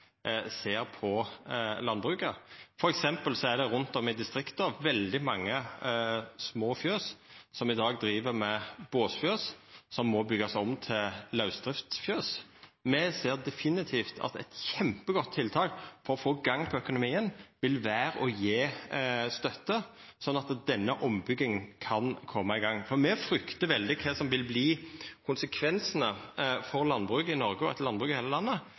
ser på landbruket. For eksempel er det rundt om i distrikta veldig mange små fjøs, som i dag driv som båsfjøs, som må byggjast om til lausdriftsfjøs. Me ser definitivt at eit kjempegodt tiltak for å få i gang økonomien vil vera å gje støtte slik at denne ombygginga kan koma i gang, for me fryktar veldig kva som vil verta konsekvensane for landbruket i Noreg og eit landbruk i heile landet